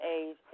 age